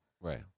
Right